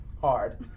Hard